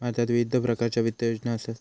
भारतात विविध प्रकारच्या वित्त योजना असत